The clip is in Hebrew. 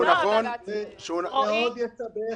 זה מאוד יסבך.